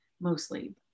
mostly